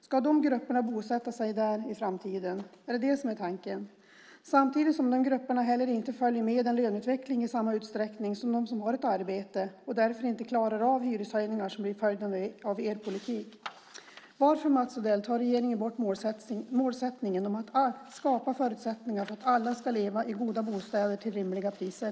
Ska de grupperna bosätta sig där i framtiden? Är det det som är tanken? Samtidigt följer de grupperna inte heller med i löneutvecklingen i samma utsträckning som de som har arbete, och de klarar därför inte av de hyreshöjningar som blir följden av er politik. Varför, Mats Odell, tar regeringen bort målet om att skapa förutsättningar för alla att leva i goda bostäder till rimliga priser?